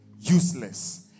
useless